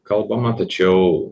kalbama tačiau